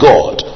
God